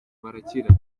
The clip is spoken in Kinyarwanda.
barakira